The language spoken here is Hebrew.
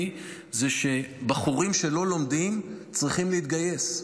זה שבחורים שלא לומדים צריכים להתגייס.